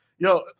Yo